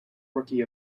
rookie